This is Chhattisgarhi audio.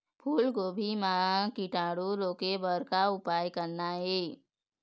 फूलगोभी म कीटाणु रोके बर का उपाय करना ये?